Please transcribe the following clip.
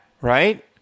right